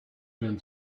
been